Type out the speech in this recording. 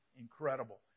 incredible